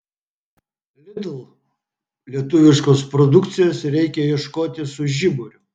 lidl lietuviškos produkcijos reikia ieškoti su žiburiu